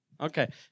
Okay